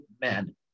men